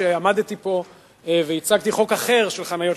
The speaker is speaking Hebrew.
כשעמדתי פה והצגתי חוק אחר של חניות,